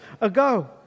ago